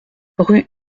rue